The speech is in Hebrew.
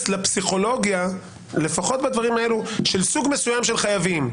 לפסיכולוגיה של לפחות סוג מסוים של חייבים,